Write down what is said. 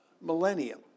millennium